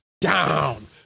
down